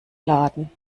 laden